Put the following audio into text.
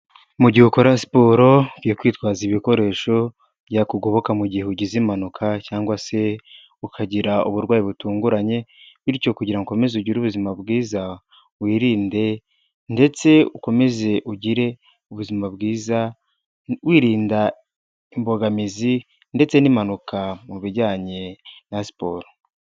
Mu gihe ukora siporo, ukwiye kwitwaza ibikoresho byakugoboka mu gihe ugize impanuka cyangwa se ukagira uburwayi butunguranye, bityo kugira ngo ukomeze ugire ubuzima bwiza wirinde, ndetse ukomeze ugire ubuzima bwiza, wirinda imbogamizi ndetse n'impanuka mu bijyanye na siporo.